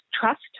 trust